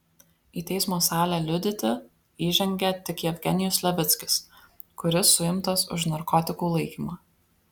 į teismo salę liudyti įžengė tik jevgenijus levickis kuris suimtas už narkotikų laikymą